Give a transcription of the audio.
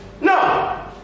No